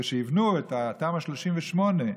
כשיבנו את תמ"א 38,